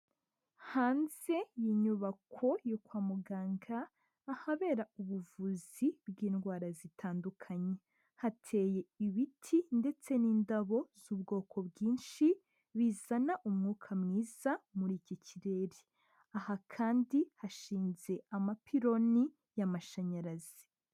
Hanze y'inyubako yo kwa muganga, ahabera ubuvuzi, bw'indwara zitandukanye. Hateye ibiti ndetse n'indabo z'ubwoko bwinshi, bizana umwuka mwiza, muri iki kirere. Aha kandi hashinze amapironi, y'amashanyarazi.